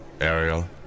Ariel